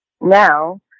now